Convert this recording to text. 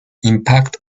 impact